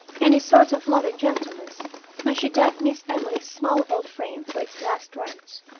and a sort of loving gentleness when she decked miss emily's small old frame for its last rites,